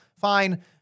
Fine